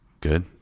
good